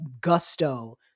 gusto